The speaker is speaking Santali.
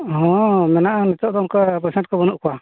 ᱦᱮᱸ ᱢᱮᱱᱟᱜᱼᱟ ᱱᱤᱛᱳᱜ ᱫᱚ ᱚᱱᱠᱟ ᱯᱮᱥᱮᱱᱴ ᱠᱚ ᱵᱟᱹᱱᱩᱜ ᱠᱚᱣᱟ